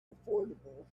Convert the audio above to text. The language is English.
affordable